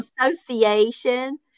association